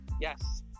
Yes